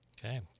Okay